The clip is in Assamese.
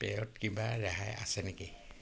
পেয়ত কিবা ৰেহাই আছে নেকি